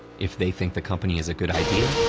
if they think the company is a good idea,